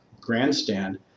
grandstand